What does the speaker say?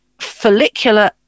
follicular